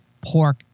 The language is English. pork